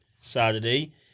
Saturday